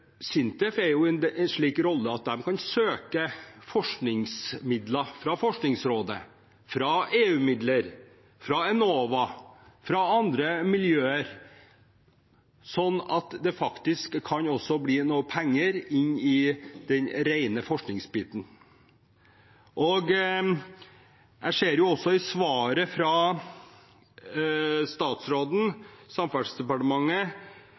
SINTEF er jo i en slik rolle at de kan søke forskningsmidler fra Forskningsrådet, fra EU, fra Enova og fra andre miljøer, slik at det også kan bli noen penger i den rene forskningsbiten. Jeg ser i svaret fra statsråden og fra Samferdselsdepartementet